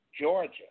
Georgia